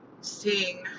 seeing